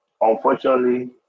Unfortunately